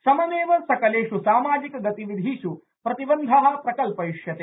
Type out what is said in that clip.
सममेव सकलेष् सामाजिक गतिविधिष् प्रतिबन्ध प्रकल्पयिष्यते